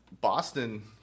Boston